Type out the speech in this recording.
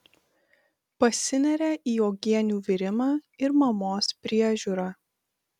pasineria į uogienių virimą ir mamos priežiūrą